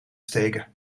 steken